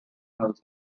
houses